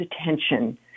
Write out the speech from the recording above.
attention